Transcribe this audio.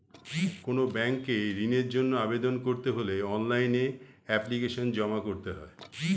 কোনো ব্যাংকে ঋণের জন্য আবেদন করতে হলে অনলাইনে এপ্লিকেশন জমা করতে হয়